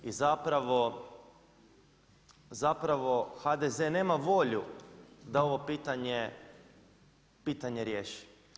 I zapravo HDZ nema volju da ovo pitanje riješi.